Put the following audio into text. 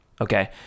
okay